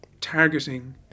targeting